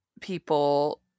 people